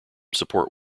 support